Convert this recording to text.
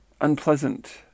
unpleasant